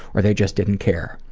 or they just didn't care.